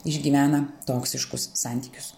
išgyvena toksiškus santykius